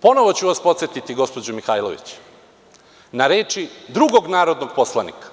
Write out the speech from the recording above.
Ponovo ću vas podsetiti gospođo Mihajlović na reči drugog narodnog poslanika,